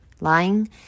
lying